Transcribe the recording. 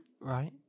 Right